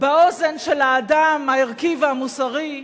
באוזן של האדם הערכי והמוסרי,